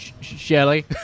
Shelley